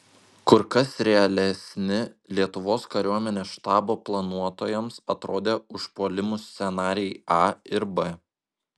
kur kas realesni lietuvos kariuomenės štabo planuotojams atrodė užpuolimų scenarijai a ir b